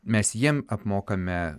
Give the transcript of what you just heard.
mes jiem apmokame